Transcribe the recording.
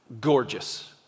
gorgeous